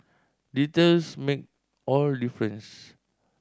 details make all difference